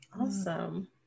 Awesome